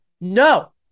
no